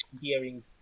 hearing